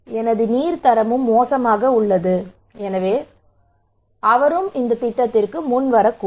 எனது நீர் தரமும் மோசமாக உள்ளது எனவே அவர் முன் வரக்கூடும்